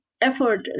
effort